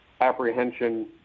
apprehension